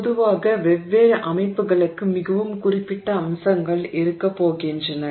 பொதுவாக வெவ்வேறு அமைப்புகளுக்கு மிகவும் குறிப்பிட்ட அம்சங்கள் இருக்கப் போகின்றன